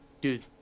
Dude